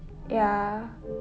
ya